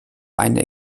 eine